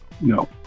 No